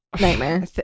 Nightmare